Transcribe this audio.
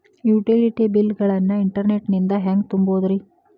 Utility bill ಗಳನ್ನ internet ನಿಂದ ಹೆಂಗ್ ತುಂಬೋದುರಿ?